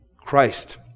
Christ